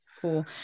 Cool